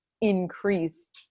increase